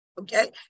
Okay